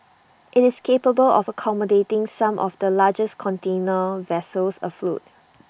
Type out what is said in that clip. IT is capable of accommodating some of the largest container vessels afloat